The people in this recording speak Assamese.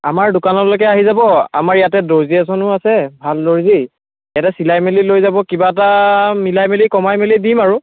আমাৰ দোকানলৈকে আহি যাব আমাৰ ইয়াতে দৰ্জী এজনো আছে ভাল দৰ্জী ইয়াতে চিলাই মেলি লৈ যাব কিবা এটা মিলাই মেলি কমাই মেলি দিম আৰু